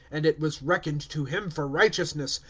and it was reckoned to him for righteousness.